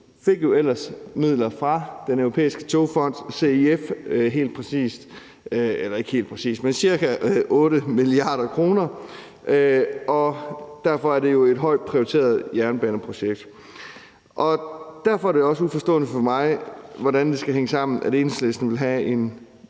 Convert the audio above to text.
fik ellers midler fra den europæiske togfond, CEF Transport, nemlig ca. 8 mia. kr., og derfor er det jo et højt prioriteret jernbaneprojekt. Derfor er det også uforståeligt for mig, hvordan det kan hænge sammen, at Enhedslisten vil have en